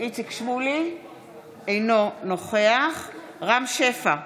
אינו נוכח רם שפע,